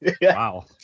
Wow